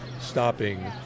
Stopping